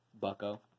Bucko